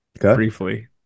Briefly